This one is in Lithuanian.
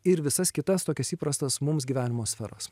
ir visas kitas tokias įprastas mums gyvenimo sferas